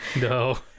No